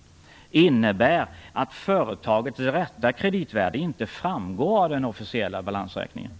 - innebär att företagets rätta kreditvärde inte framgår av den officiella balansräkningen.